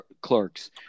clerks